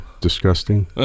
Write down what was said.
disgusting